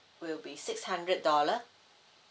will be six hundred dollar